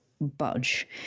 budge